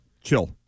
Chill